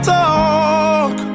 talk